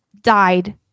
died